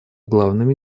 главными